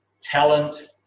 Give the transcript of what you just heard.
talent